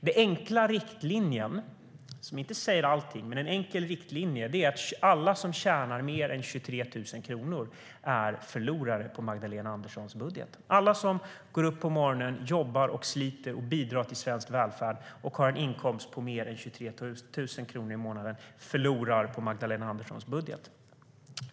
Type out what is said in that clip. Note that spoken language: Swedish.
Den enkla riktlinjen, som inte säger allt, är att alla som tjänar mer än 23 000 kronor är förlorare på Magdalena Anderssons budget. Alla som går upp på morgonen, jobbar och sliter och bidrar till svensk välfärd och har en inkomst på mer än 23 000 kronor i månaden förlorar på Magdalena Anderssons budget.